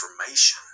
information